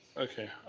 okay,